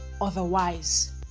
otherwise